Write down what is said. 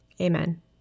Amen